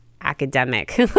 academic